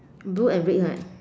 blue and red right